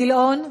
גילאון.